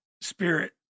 spirit